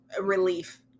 relief